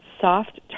soft